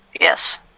Yes